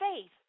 faith